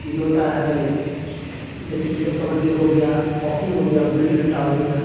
जो होता है जैसे खेल कबड्डी हो गया हॉकी हो गया गिल्ली डंडा हो गया